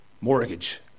Mortgage